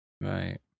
right